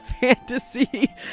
fantasy